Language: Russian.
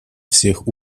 всех